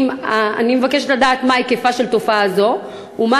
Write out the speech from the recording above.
אני מבקשת לדעת מה היקפה של תופעה זו ומה